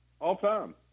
All-time